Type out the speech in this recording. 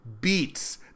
beats